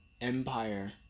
empire